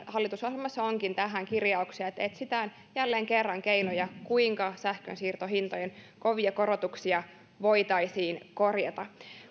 hallitusohjelmassa onkin tähän kirjauksia että etsitään jälleen kerran keinoja kuinka sähkösiirtohintojen kovia korotuksia voitaisiin korjata